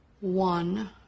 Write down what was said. One